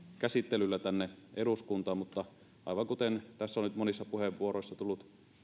käsittelyllä tänne eduskuntaan mutta aivan kuten tässä on nyt monissa puheenvuoroissa tullut